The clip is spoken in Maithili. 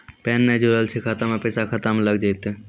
पैन ने जोड़लऽ छै खाता मे पैसा खाता मे लग जयतै?